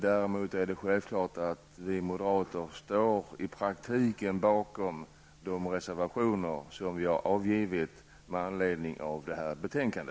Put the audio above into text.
Däremot står vi moderater självfallet i praktiken bakom de reservationer som vi har avgivit med anledning av detta betänkande.